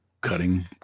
Cutting